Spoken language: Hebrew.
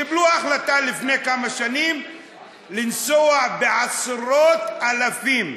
קיבלו החלטה לפני כמה שנים לנסוע, בעשרות אלפים,